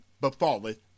befalleth